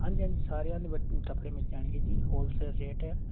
ਹਾਂਜੀ ਹਾਂਜੀ ਸਾਰਿਆਂ ਦੇ ਬਟ ਕੱਪੜੇ ਮਿਲ ਜਾਣਗੇ ਜੀ ਹੋਲਸੇਲ ਰੇਟ ਹੈ